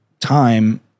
time